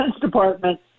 Department